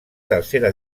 tercera